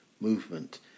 movement